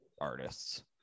artists